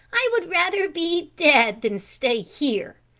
i would rather be dead than stay here.